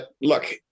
look